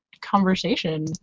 conversation